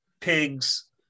pigs